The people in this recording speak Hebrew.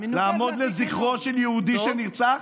מה מנוגד, לעמוד לזכרו של יהודי שנרצח?